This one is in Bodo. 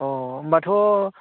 अ होम्ब्लाथ'